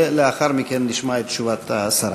ולאחר מכן נשמע את תשובת השרה.